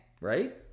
Right